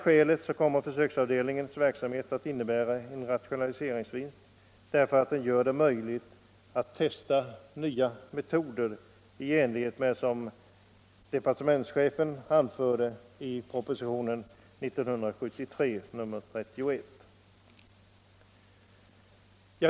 Mot den bakgrunden kommer försöksavdelningens verksamhet att innebära en rationaliseringsvinst, då den gör det möjligt att testa nya metoder i enlighet med vad som av departementschefen anförts i propositionen 31 år 1973.